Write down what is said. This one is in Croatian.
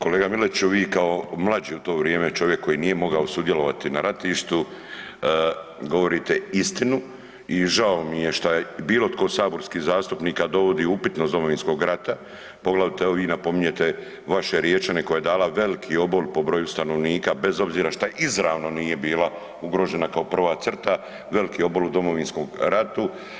Kolega Miletiću vi kao mlađi u to vrijeme čovjek koji nije mogao sudjelovati na ratištu govorite istinu i žao mi je šta je bilo tko od saborskih zastupnika dovodi upitnost Domovinskog rata, poglavito evo vi napominjete vaše Riječane koje dala veliki obol po broju stanovnika bez obzira što izravno nije bila ugrožena kao prva crta, veliki obol u Domovinskom ratu.